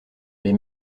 les